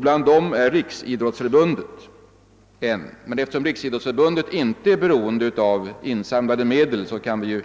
Bland dem är Riksidrottsförbundet. Men eftersom RF inte är beroende av insamlade medel kan vi